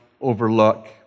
overlook